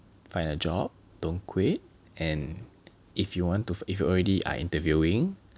find a job don't quit and if you want to if you already are interviewing